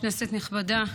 כנסת נכבדה,